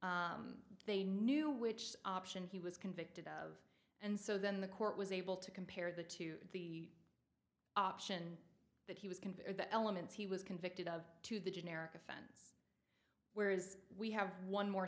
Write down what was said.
option they knew which option he was convicted of and so then the court was able to compare the two the option he was convicted the elements he was convicted of to the generic offense where is we have one more